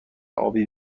آبی